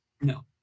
No